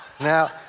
Now